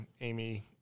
Amy